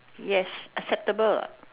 yes acceptable